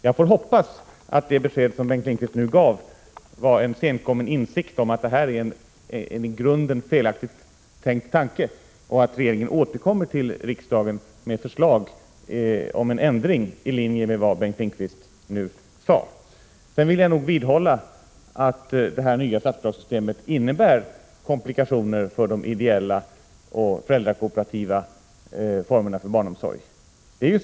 Jag hoppas att det besked som Bengt Lindqvist nu gav var uttryck för en senkommen insikt om att det här är en i grunden felaktigt tänkt tanke och att regeringen återkommer till riksdagen med förslag om en ändring i linje med vad Bengt Lindqvist nu sade. Sedan vill jag nog vidhålla att det nya statsbidragssystemet innebär komplikationer för de ideella och föräldrakooperativa formerna för barnomsorg.